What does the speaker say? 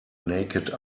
naked